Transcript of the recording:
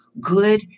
good